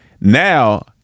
now